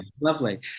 lovely